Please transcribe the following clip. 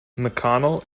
mcconnell